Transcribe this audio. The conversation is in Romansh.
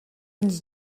ins